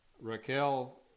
Raquel